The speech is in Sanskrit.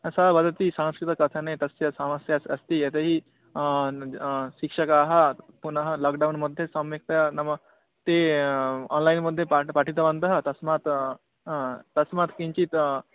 सः वदति संस्कृतकथने तस्य समस्या अस्ति यतो हि शिक्षकाः पुनः लाक्डौन्मध्ये सम्यक्तया नाम ते आन्लैन्मध्ये पाठं पठितवन्तः तस्मात् तस्मात् किञ्चित्